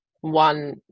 one